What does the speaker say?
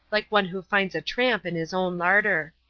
like one who finds a tramp in his own larder.